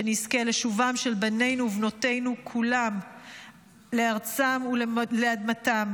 שנזכה לשובם של בנינו ובנותינו כולם לארצם ולאדמתם.